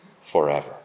forever